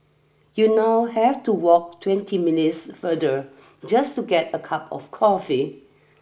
you now have to walk twenty minutes further just to get a cup of coffee